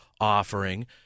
offering